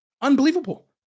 unbelievable